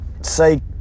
Say